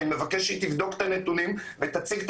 אני מבקש שהיא תבדוק את הנתונים ותציג את